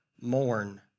mourn